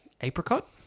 apricot